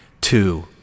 Two